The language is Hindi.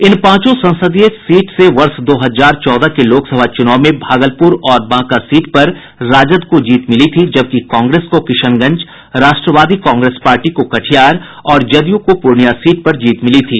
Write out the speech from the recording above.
इन पांचों संसदीय सीट से वर्ष दो हजार चौदह के लोकसभा चुनाव में भागलपुर और बांका सीट पर राजद को जीत मिलो थी जबकि कांग्रेस को किशनगंज राष्ट्रवादी कांग्रेस पार्टी को कटिहार और जदयू को पूर्णिया सीट पर जीत मिली थी